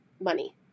money